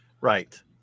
Right